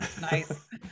Nice